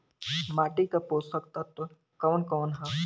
माटी क पोषक तत्व कवन कवन ह?